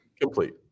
Complete